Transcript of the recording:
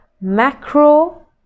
Macro